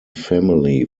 family